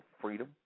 freedom